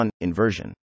inversion